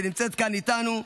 שנמצאת כאן איתנו,